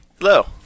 Hello